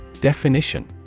Definition